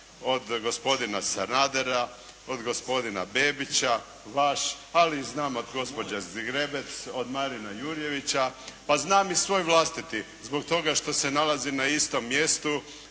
od gospodina Sanadera, od gospodina Bebića, vaš, ali i znam od gospođe Zgrebec, od Marina Jurjevića, pa znam i svoj vlastiti zbog toga što se nalazi na istom mjestu